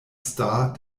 star